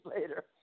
later